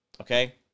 okay